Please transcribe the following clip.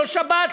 לא שבת,